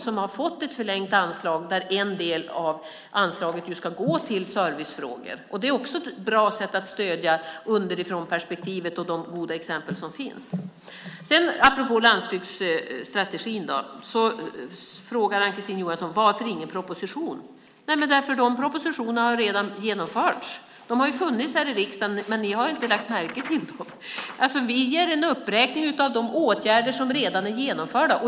Man har fått ett förlängt anslag, och en del av anslaget ska gå till servicefrågor. Det är också ett bra sätt att stödja underifrånperspektivet och de goda exempel som finns. Apropå landsbygdsstrategin frågar Ann-Kristine Johansson varför det inte lagts fram någon proposition. Men de propositionerna har redan genomförts! De har funnits här i riksdagen, men ni har inte lagt märke till dem. Vi gör en uppräkning av de åtgärder som redan är genomförda.